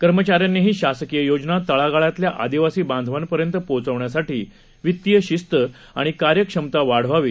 कर्मचाऱ्यांनीहीशासकीययोजनातळागाळातल्याआदिवासीबांधवापर्यंतपोहचवण्यासाठीवित्तीयशिस्तआणिकार्यक्षमतावाढवावी